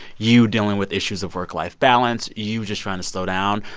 you dealing with issues of work-life balance, you just trying to slow down.